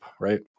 right